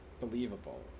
believable